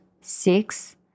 six